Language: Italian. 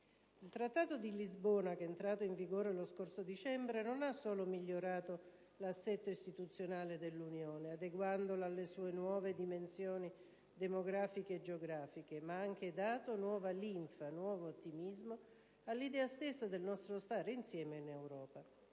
Il Trattato di Lisbona, entrato in vigore lo scorso dicembre, non ha solo migliorato l'assetto istituzionale dell'Unione, adeguandola alle sue nuove dimensioni demografiche e geografiche, ma ha anche dato nuova linfa e nuovo ottimismo all'idea stessa del nostro stare insieme in Europa.